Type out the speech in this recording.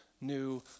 new